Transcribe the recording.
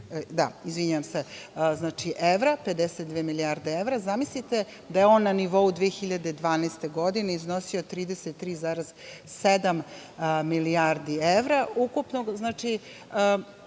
da izvinjavam se, znači 52 milijarde evra, zamislite da je on na nivou 2012. godine iznosio 33,7 milijardi evra. Znači,